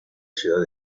ciudad